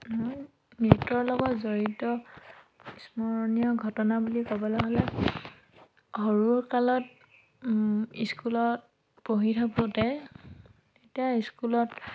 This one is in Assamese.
নৃত্যৰ লগত জড়িত স্মৰণীয় ঘটনা বুলি ক'বলৈ হ'লে সৰুকালত স্কুলত পঢ়ি থাকোঁতে তেতিয়া স্কুলত